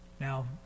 Now